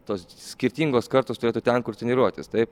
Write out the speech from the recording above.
tos skirtingos kartos turėtų ten kur treniruotis taip